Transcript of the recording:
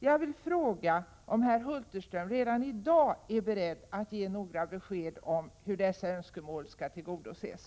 Jag vill fråga om herr Hulterström redan i dag är beredd att ge några besked om hur dessa önskemål skall tillgodoses.